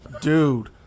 dude